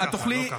לא ככה.